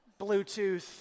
Bluetooth